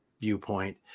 viewpoint